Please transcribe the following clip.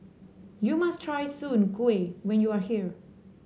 you must try Soon Kuih when you are here